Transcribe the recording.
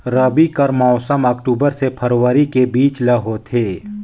रबी कर मौसम अक्टूबर से फरवरी के बीच ल होथे